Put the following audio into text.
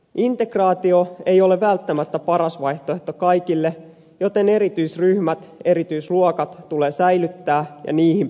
integraatio ei ole välttämättä paras vaihtoehto kaikille joten erityisryhmät erityisluokat tulee säilyttää ja niihin pääsy taata